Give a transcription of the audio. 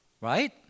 Right